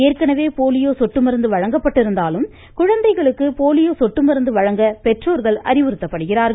ஏற்கெனவே போலியோ சொட்டு மருந்து வழங்கப்பட்டிருந்தாலும் குழந்தைகளுக்கு போலியோ சொட்டு மருந்து வழங்க பெற்றோர்கள் அறிவுறுத்தப்படுகிறார்கள்